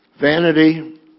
vanity